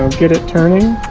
get it turning